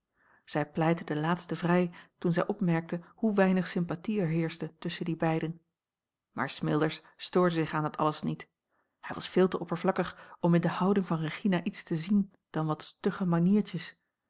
zij pleitte den laatste vrij toen zij opmerkte hoe weinig sympathie er heerschte tusschen die beiden maar smilders stoorde zich aan dat alles niet hij was veel te oppervlakkig om in de houding van regina iets te zien dan wat stugge maniertjes